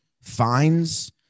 fines